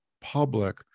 public